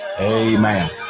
Amen